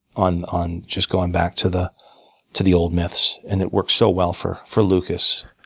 on on just going back to the to the old myths. and it works so well for for lucas.